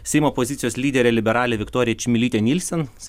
seimo opozicijos lyderė liberalė viktorija čmilytė nielsen